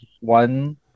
one